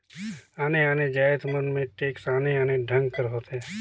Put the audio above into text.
आने आने जाएत मन में टेक्स आने आने ढंग कर होथे